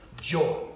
joy